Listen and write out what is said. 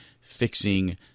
fixing